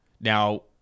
Now